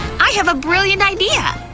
i have a brilliant idea!